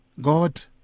God